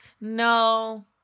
No